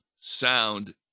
sound